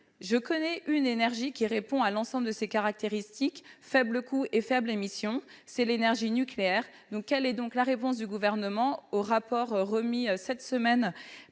Je connais une énergie qui répond à l'ensemble de ces caractéristiques : c'est l'énergie nucléaire. Quelle est donc la réponse du Gouvernement au rapport remis cette semaine